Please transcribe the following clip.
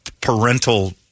parental